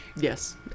yes